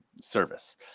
service